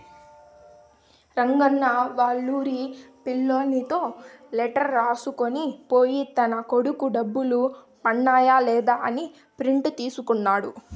రంగన్న వాళ్లూరి పిల్లోనితో లెటర్ రాసుకొని పోయి తన కొడుకు డబ్బులు పన్నాయ లేదా అని ప్రింట్ తీసుకున్నాడు